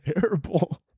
terrible